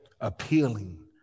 appealing